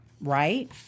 Right